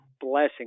blessing